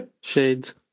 shades